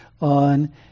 on